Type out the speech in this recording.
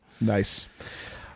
Nice